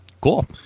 Cool